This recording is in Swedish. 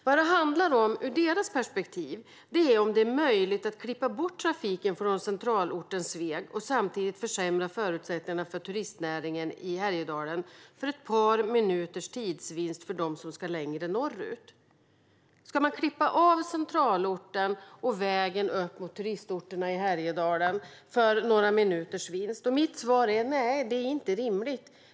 Vad det handlar om ur deras perspektiv är om det är möjligt att klippa bort trafiken från centralorten Sveg och samtidigt försämra förutsättningarna för turistnäringen i Härjedalen för ett par minuters tidsvinst för dem som ska längre norrut. Ska man klippa av centralorten och vägen upp mot turistorterna i Härjedalen för några minuters tidsvinst? Mitt svar är: Nej, det är inte rimligt.